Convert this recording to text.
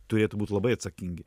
turėtų būt labai atsakingi